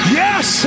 yes